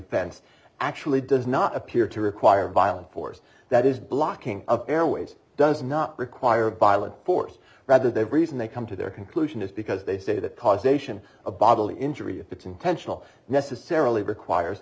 offense actually does not appear to require violent force that is blocking of airways does not require violent force rather they reason they come to their conclusion is because they say that causation a bodily injury if it's intentional necessarily requires